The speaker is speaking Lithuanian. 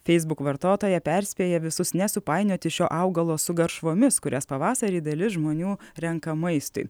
feisbuk vartotoja perspėja visus nesupainioti šio augalo su garšvomis kurias pavasarį dalis žmonių renka maistui